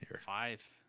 Five